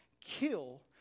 kill